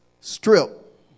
strip